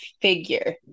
figure